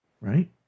Right